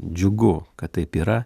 džiugu kad taip yra